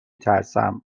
ترسم